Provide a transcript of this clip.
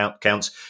counts